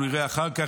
אנחנו נראה אחר כך,